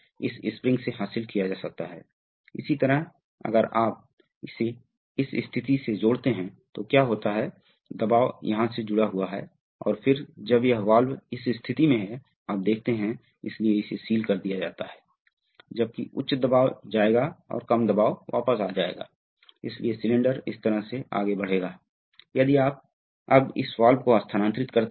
तो विभिन्न फीडबैक एं हैं एक वर्तमान फीडबैक है जो इसके जो इसके अंदर है बल मोटर करंट को संवेदन और वापस यहां भरा जाता है फिर हाइड्रोलिक सर्वो वाल्व स्पूल की एक स्पूल पोजीशन फीडबैक होती है और अंत में वास्तविक नियंत्रण सतह रैंप पोजीशन फीडबैक वहां होता है